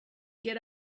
get